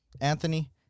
Anthony